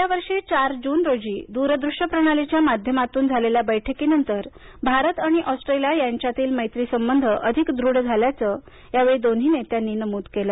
गेल्या वर्षी चार जून रोजी द्रदृष्य प्रणालीच्या माध्यमातून झालेल्या बैठकीनंतर भारत आणि ऑस्ट्रेलिया यांच्यातील मैत्री संबंध अधिक दृढ झाल्याचं असल्याचं यावेळी दोन्ही नेत्यांनी नमूद केलं